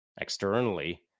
externally